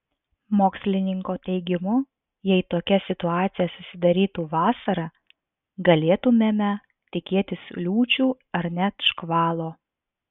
mokslininko teigimu jei tokia situacija susidarytų vasarą galėtumėme tikėtis liūčių ar net škvalo